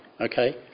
Okay